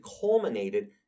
culminated